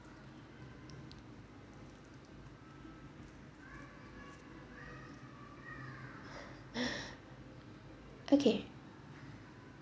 okay